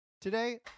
today